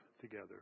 together